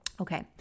Okay